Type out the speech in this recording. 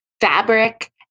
fabric